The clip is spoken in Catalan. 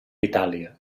itàlia